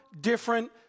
different